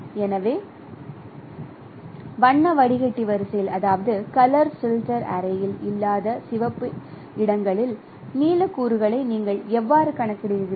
எனவே வண்ண வடிகட்டி வரிசையில் இல்லாத இடங்களில் நீல கூறுகளை நீங்கள் எவ்வாறு கணக்கிடுகிறீர்கள்